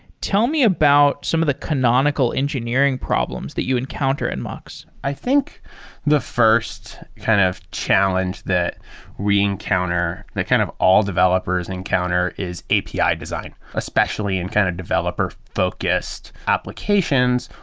tell me about some of the canonical engineering problems that you encounter in mux i think the first kind of challenge that we encounter that kind of all developers encounter is api design, especially in kind of developer-focused applications.